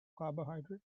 carbohydrate